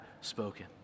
spoken